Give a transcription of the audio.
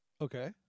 okay